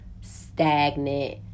stagnant